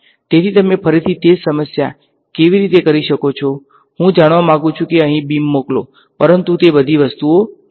તેથી તમે ફરીથી તે જ સમસ્યા કેવી રીતે કરો છો હું જાણવા માંગુ છું કે અહીં બીમ મોકલો પરંતુ તે બધી વસ્તુઓ નહીં